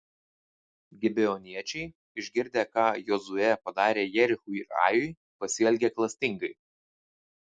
gibeoniečiai išgirdę ką jozuė padarė jerichui ir ajui pasielgė klastingai